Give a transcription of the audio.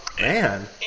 Man